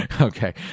Okay